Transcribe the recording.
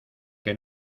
que